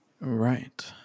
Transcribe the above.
right